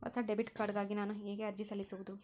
ಹೊಸ debit card ಗಾಗಿ ನಾನು ಹೇಗೆ ಅರ್ಜಿ ಸಲ್ಲಿಸುವುದು?